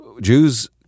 Jews